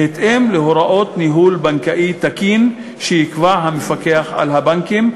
בהתאם להוראות ניהול בנקאי תקין שיקבע המפקח על הבנקים,